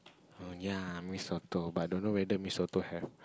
oh ya Mee-Soto but don't know whether Mee-Soto have